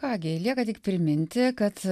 ką gi lieka tik priminti kad